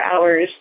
hours